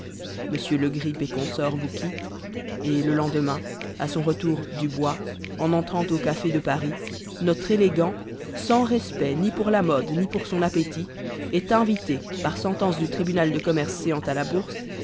m legrip et consors vous quittent et le lendemain à son retour du bois en entrant au café de paris notre élégant sans respect ni pour la mode ni pour son appétit est invité par sentence du tribunal de commerce séant à la bourse